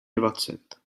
dvacet